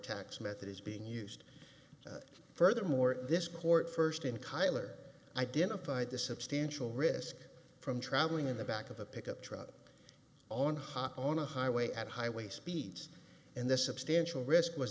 tax method is being used furthermore this court first in kyler identified the substantial risk from traveling in the back of a pickup truck on hop on a highway at highway speeds and this substantial risk was